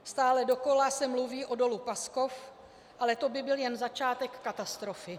Stále dokola se mluví o Dolu Paskov, ale to by byl jen začátek katastrofy.